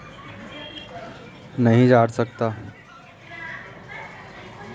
सोनू ने mechanical tree shaker द्वारा अपने बाग के फल झाड़ लिए है